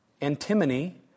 antimony